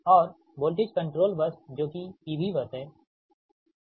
और voltage controlled bus जो कि P V बस है ठीक